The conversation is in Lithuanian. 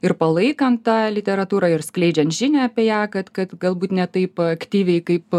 ir palaikant tą literatūrą ir skleidžiant žinią apie ją kad kad galbūt ne taip aktyviai kaip